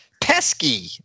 pesky